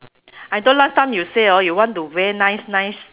I thought last time you say hor you want to wear nice nice